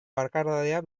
bakardadea